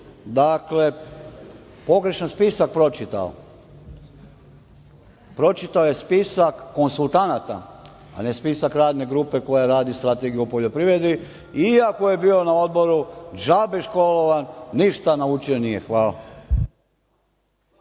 dakle, pogrešan spisak pročitao. Pročitao je spisak konsultanata, a ne spisak radne grupe koja radi strategiju o poljoprivredi, i ako je bio na odboru, džabe školovan, ništa naučio nije. Hvala.